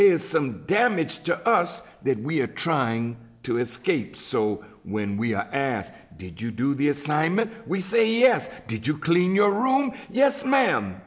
there is some damage to us that we are trying to escape so when we ask did you do the assignment we say yes did you clean your room yes ma'am